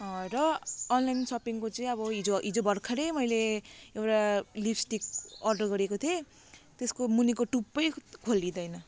र अनलाइन सपिङको चाहिँ अब हिजो हिजो भर्खरै मैले एउटा लिब्स्टिक अर्डर गरेको थिएँ त्यसको मुनिको टुप्पै खोलिँदैन